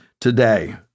today